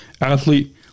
athlete